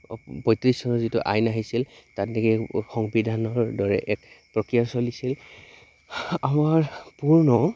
পঁয়ত্ৰিছ চনৰ যিটো আইন আহিছিল তাত নেকি সংবিধানৰ দৰে এক প্ৰক্ৰিয়া চলিছিল আমাৰ পূৰ্ণ